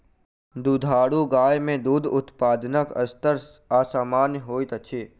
दुधारू गाय मे दूध उत्पादनक स्तर असामन्य होइत अछि